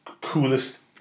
Coolest